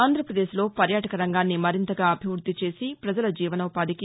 ఆంధ్రప్రదేశ్లో పర్యాటక రంగాన్ని మరింతగా అభివృద్ది చేసి ప్రజల జీవనోపాధికి